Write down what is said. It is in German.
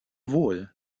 wohl